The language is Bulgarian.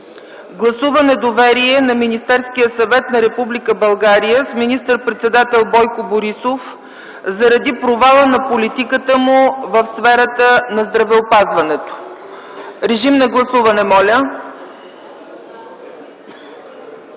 Гласува недоверие на Министерския съвет на Република България с министър-председател Бойко Борисов заради провала на политиката му в сферата на здравеопазването.” Моля, гласувайте.